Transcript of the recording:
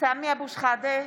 סמי אבו שחאדה,